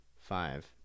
five